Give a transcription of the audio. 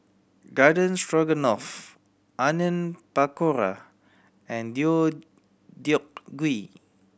Garden Stroganoff Onion Pakora and Deodeok Gui